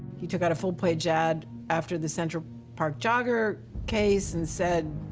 he took out a full-page ad after the central park jogger case and said,